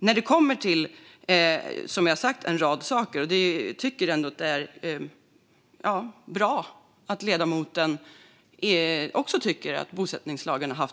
När det kommer till en rad saker som jag nämnt tycker vi socialdemokrater ändå att det är bra att ledamoten också tycker att bosättningslagen har